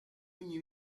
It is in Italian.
ogni